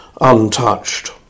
untouched